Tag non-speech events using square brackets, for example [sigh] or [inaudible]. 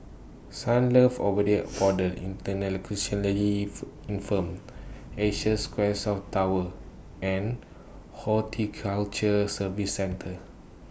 Sunlove Abode For [noise] The Intellectually If Infirmed Asia Square South Tower and Horticulture Services Centre